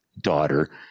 daughter